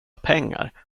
pengar